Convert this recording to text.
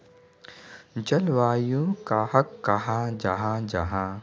जलवायु कहाक कहाँ जाहा जाहा?